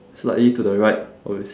slightly to the right of his